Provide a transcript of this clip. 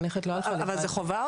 אבל זה חובה,